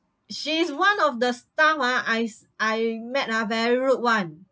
she is one of the staff ah I s~ I met ah very rude [one]